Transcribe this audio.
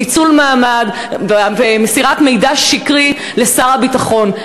ניצול מעמד ומסירת מידע שקרי לשר הביטחון?